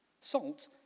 Salt